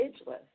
ageless